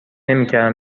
نمیکردم